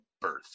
birth